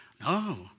No